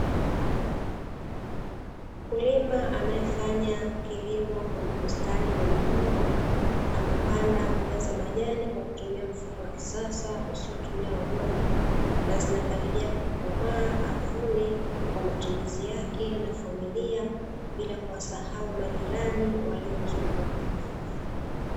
Mkulima anayefanya kilimo kwenye bustani ndogondogo, amepanda mbegu za majani kwa kutumia mfumo wa kisasa usiotumia udongo na zinakaribia kukomaa avune kwa matumizi yake na familia bila kuwasahau majirani waliomzunguka.